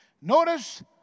Notice